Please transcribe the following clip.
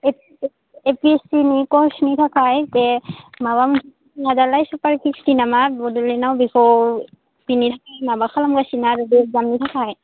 U P S C नि कर्चनि थाखाय बे माबा मोनसे बे दालाय सुपार फिफति ना मा बड'लेण्डआव बेखौ होनो थाखाय माबा खालामगासिनो बे एग्जामनि थाखाय